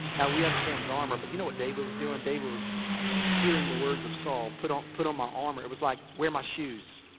now we understand it was armor. but you know what david was doing? david was hearing the words of saul, put on put on my armor. it was like, wear my shoes.